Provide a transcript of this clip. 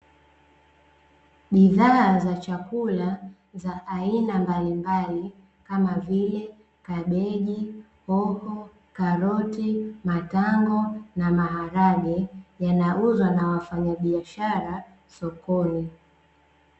Bidhaa za chakula za aina mbalimbali, kama vile: kabeji, hoho, karoti, matango, na maharage, yanauzwa na wafanyabiashara sokoni.